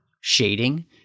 shading